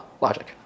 logic